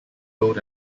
road